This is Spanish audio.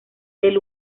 del